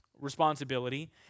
responsibility